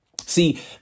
See